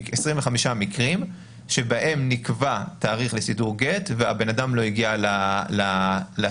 25 מקרים שבהם נקבע תאריך לסידור גט והבן-אדם לא הגיע לסידור